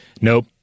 nope